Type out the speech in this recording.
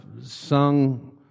sung